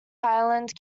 island